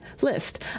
list